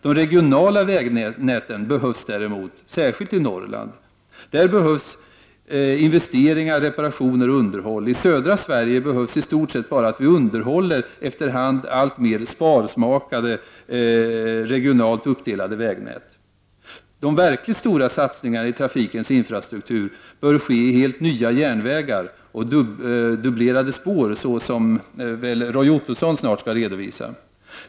De regionala vägnäten behövs däremot, särskilt i Norrland. Där behövs investeringar, reparationer och underhåll. I södra Sverige behövs i stort sett bara att vi underhåller efter hand alltmer sparsmakade regionalt uppdelade vägnät. De verkligt stora satsningarna i trafikens infrastruktur bör ske i helt nya järnvägar och dubblerade spår, så som väl Roy Ottosson snart skall redovisa.